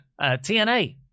TNA